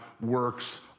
works